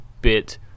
bit